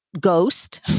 ghost